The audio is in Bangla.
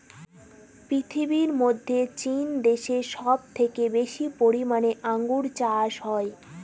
পৃথিবীর মধ্যে চীন দেশে সব থেকে বেশি পরিমানে আঙ্গুর চাষ হয়